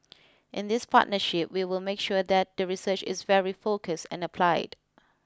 in this partnership we will make sure that the research is very focused and applied